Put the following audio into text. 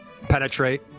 Penetrate